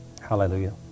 Hallelujah